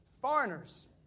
Foreigners